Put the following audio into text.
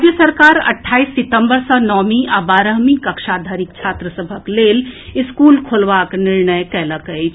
राज्य सरकार अट्ठाईस सितम्बर सँ नओमी सँ बारहमी कक्षा धरिक छात्र सभक लेल स्कूल खोलबाक निर्णय कएलक अछि